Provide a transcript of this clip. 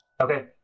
Okay